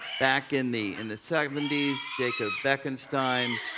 back in the in the seventy s, jacob bekenstein,